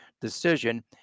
decision